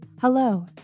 Hello